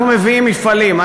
אנחנו מביאים מפעלים,